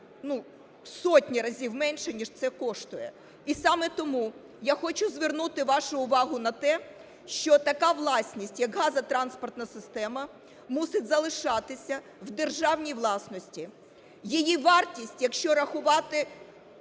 ну, в сотні разів менше, ніж це коштує. І саме тому я хочу звернути вашу увагу на те, що така власність, як газотранспортна система, мусить залишатися в державній власності. Її вартість, якщо рахувати